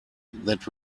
that